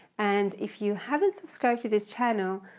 and if you haven't subscribed to this channel,